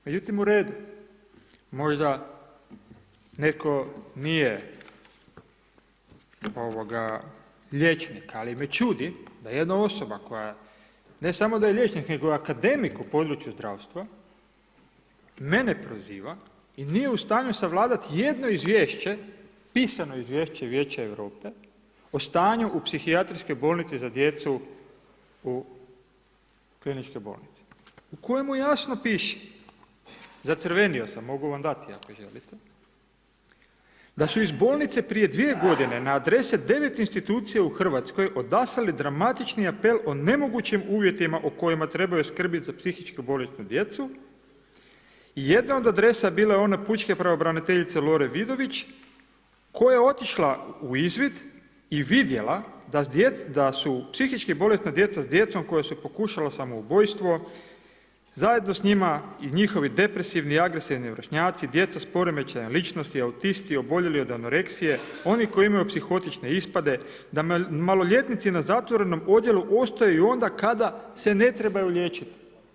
Međutim, u redu, možda netko nije liječnik, ali me čudi da jedna osoba koja ne samo da je liječnik nego je akademik u području zdravstva mene proziva i nije u stanju savladati jedno izvješće, pisano izvješće Vijeća Europe o stanju u psihijatrijskoj bolnici za djecu u kliničkoj bolnici u kojemu jasno piše, zacrvenio sam, mogu vam dati ako želite da su iz bolnice prije 2 godine, na adrese 9 institucija u Hrvatskoj odaslali dramatični apel o nemogućim uvjetima o kojima trebaju skrbiti za psihički bolesnu djecu i jedna od adresa je bila ona pučke pravobraniteljice Lore Vidović koja je otišla u izvid i vidjela da su psihički bolesna djeca sa djecom koja su pokušala samoubojstvo, zajedno s njima i njihovi depresivni agresivni vršnjaci, djeca s poremečajem ličnosti, autisti, oboljeli od anoreksije, oni koji imaju psihotične ispade, da maloljetnici na zatvorenom odjelu ostaju i onda kada se ne trebaju liječiti.